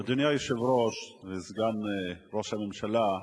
אדוני היושב-ראש וסגן ראש הממשלה,